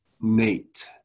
Nate